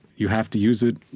you have to use it,